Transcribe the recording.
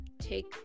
take